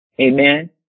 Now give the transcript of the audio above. Amen